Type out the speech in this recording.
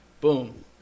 Boom